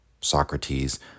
Socrates